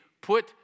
put